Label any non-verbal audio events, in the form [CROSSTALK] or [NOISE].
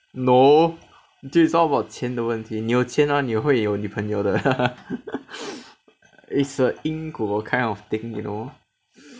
no this is all about 钱的问题你有钱 hor 你会有女朋友的 [LAUGHS] it's a 因果 kind of thing